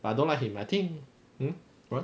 but I don't like him I think what